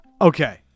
Okay